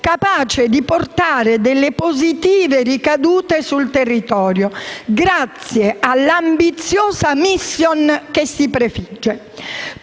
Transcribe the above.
capace di portare positive ricadute sul territorio grazie all'ambiziosa *mission* che si prefigge,